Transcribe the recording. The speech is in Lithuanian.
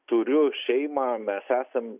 turiu šeimą mes esam